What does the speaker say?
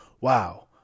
wow